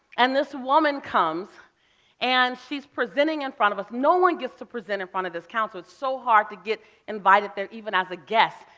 and this woman comes and she's presenting in front of us. no one gets to present in front of this council. it's so hard to get invited there even as a guest.